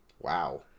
Wow